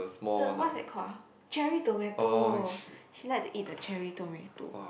the what is that call ah cherry tomato she like to eat the cherry tomato